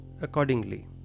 accordingly